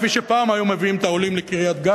כפי שפעם היו מביאים את העולים לקריית-גת,